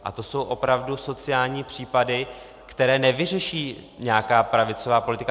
A to jsou opravdu sociální případy, které nevyřeší nějaká pravicová politika.